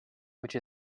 which